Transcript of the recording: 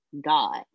God